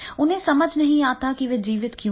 उन्हें समझ नहीं आ रहा है कि वे जीवित क्यों हैं